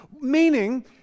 Meaning